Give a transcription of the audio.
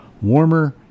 Warmer